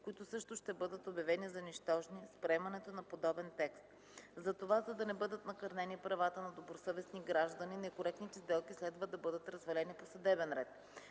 които също ще бъдат обявени за нищожни с приемането на подобен текст. Затова, за да не бъдат накърнени правата на добросъвестни граждани, некоректните сделки следва да бъдат развалени по съдебен ред.